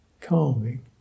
calming